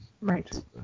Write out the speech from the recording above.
right